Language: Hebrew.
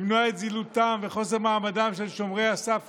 למנוע את זילותם וחוסר מעמדם של שומרי הסף,